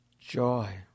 joy